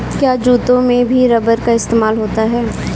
क्या जूतों में भी रबर का इस्तेमाल होता है?